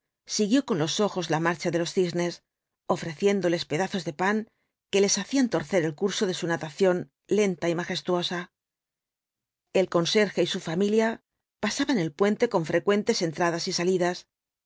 siguió con los ojos la marcha de los cisnes ofreciéndoles pedazos de pan que les hacían torcer el curso de su natación lenta y majestuosa el conserje y su familia pasaban el puente con frecuentes entradas y salidas